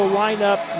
lineup